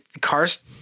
cars